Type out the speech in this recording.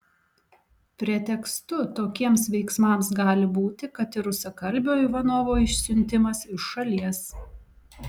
pretekstu tokiems veiksmams gali būti kad ir rusakalbio ivanovo išsiuntimas iš šalies